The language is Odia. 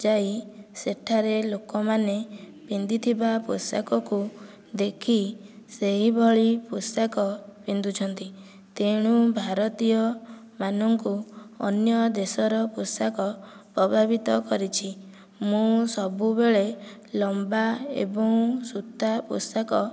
ଯାଇ ସେଠାରେ ଲୋକମାନେ ପିନ୍ଧିଥିବା ପୋଷାକକୁ ଦେଖି ସେହିଭଳି ପୋଷାକ ପିନ୍ଧୁଛନ୍ତି ତେଣୁ ଭାରତୀୟମାନଙ୍କୁ ଅନ୍ୟ ଦେଶର ପୋଷାକ ପ୍ରଭାବିତ କରିଛି ମୁଁ ସବୁବେଳେ ଲମ୍ବା ଏବଂ ସୁତା ପୋଷାକ